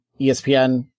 ESPN